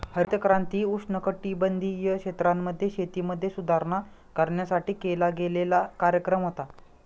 हरित क्रांती उष्णकटिबंधीय क्षेत्रांमध्ये, शेतीमध्ये सुधारणा करण्यासाठी केला गेलेला कार्यक्रम होता